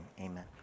amen